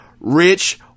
Rich